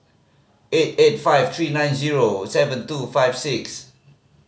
eight eight five three nine zero seven two five six